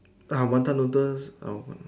ah wanton noodles uh